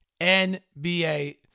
NBA